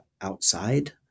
outside